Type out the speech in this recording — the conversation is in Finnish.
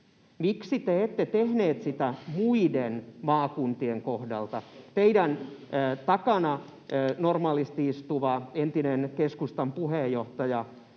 Miksi te ette tehneet sitä muiden maakuntien kohdalta? Teidän takananne normaalisti istuva entinen keskustan puheenjohtaja,